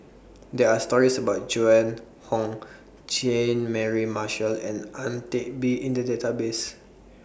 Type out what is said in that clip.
There Are stories about Joan Hon Jean Mary Marshall and Ang Teck Bee in The Database